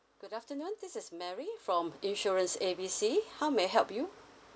good afternoon this is mary from insurance A B C how may I help you